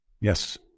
Yes